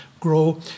grow